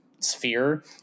sphere